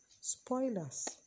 spoilers